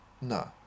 No